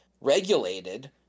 regulated